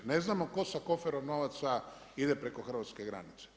Ne znamo tko sa koferom novaca ide preko hrvatske granice.